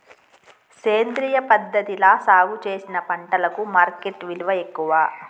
సేంద్రియ పద్ధతిలా సాగు చేసిన పంటలకు మార్కెట్ విలువ ఎక్కువ